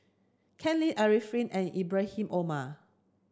Ken Lim Arifin and Ibrahim Omar